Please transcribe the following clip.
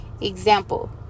example